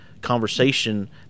conversation